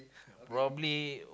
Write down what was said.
probably